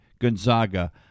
Gonzaga